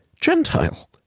Gentile